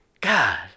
God